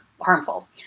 harmful